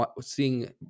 seeing